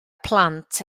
plant